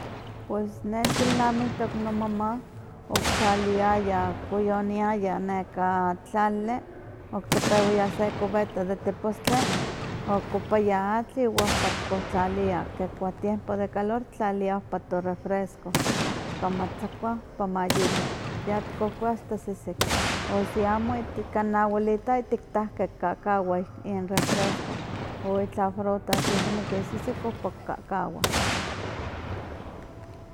Pues ne nikilnamihtok nomama okitlaliliayah koyoniayah neka tlali okitopewaya se cubeta de tepostli okopaya atl, wa ohpa tikontlalia ke kua tiempo de calor tlalia ompa to refresco, tkamatzakua ya ompa ma yeto, yatikohkuas ta sesek, o si amo ihtik ka noawelita ihtik tahke kahkawa in refresco o itlah frutas si kiniki frutas ohpa kakawah.